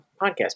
podcast